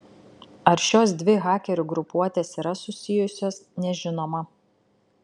ar šios dvi hakerių grupuotės yra susijusios nežinoma